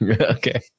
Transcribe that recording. Okay